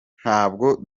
ntabwo